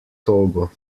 togo